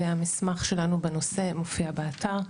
והמסמך שלנו בנושא מופיע באתר.